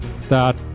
start